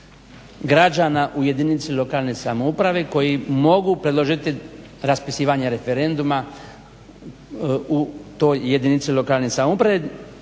građana u jedinici lokalne samouprave koji mogu predložiti raspisivanje referenduma u toj jedinici lokalne samouprave